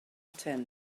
tent